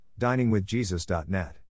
diningwithjesus.net